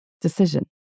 decision